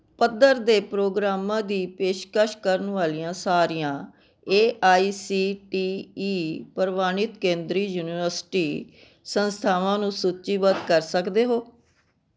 ਪੱਧਰ ਦੇ ਪ੍ਰੋਗਰਾਮਾਂ ਦੀ ਪੇਸ਼ਕਸ਼ ਕਰਨ ਵਾਲੀਆਂ ਸਾਰੀਆਂ A I C T E ਪ੍ਰਵਾਨਿਤ ਕੇਂਦਰੀ ਯੂਨੀਵਰਸਿਟੀ ਸੰਸਥਾਵਾਂ ਨੂੰ ਸੂਚੀਬੱਧ ਕਰ ਸਕਦੇ ਹੋ